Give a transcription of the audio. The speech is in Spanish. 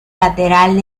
lateral